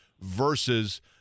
versus –